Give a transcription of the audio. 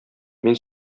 мин